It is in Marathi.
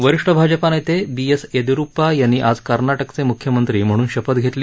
वरीष्ठ भाजपा नेते बी एस येडीय्रप्पा यांनी आज कर्नाटकचे म्ख्यमंत्री म्हणून शपथ घेतली